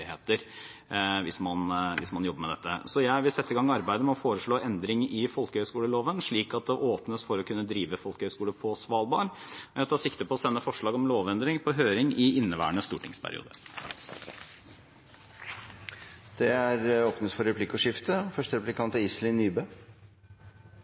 hvis man jobber med dette. Jeg vil sette i gang arbeidet med å foreslå endring i folkehøyskoleloven, slik at det åpnes for å kunne drive folkehøyskole på Svalbard. Jeg tar sikte på å sende forslag om lovendring på høring i inneværende stortingsperiode. Det blir replikkordskifte. Jeg takker statsråden for